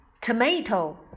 Tomato